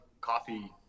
coffee